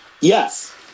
Yes